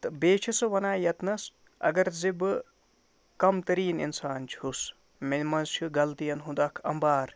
تہٕ بیٚیہِ چھِ سُہ وَنان ییٚتہِ نَس اگر زِ بہٕ کَم تٔریٖن اِنسان چھُس مےٚ منٛز چھُ غلطیَن ہُنٛد اَکھ اَمبار